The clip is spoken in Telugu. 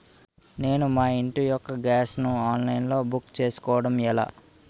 నేను మా ఇంటి యెక్క గ్యాస్ ను ఆన్లైన్ లో బుక్ చేసుకోవడం ఎలా?